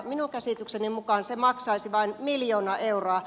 minun käsitykseni mukaan se maksaisi vain miljoona euroa